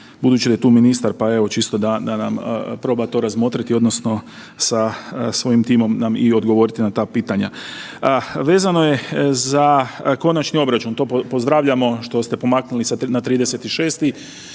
budući da je tu ministar pa evo čisto da nam proba to razmotriti odnosno sa svojim timom nam i odgovoriti na ta pitanja. Vezano je za konačni obračun, to pozdravljamo što ste pomaknuli na 30.6.